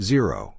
Zero